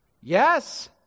Yes